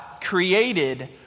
created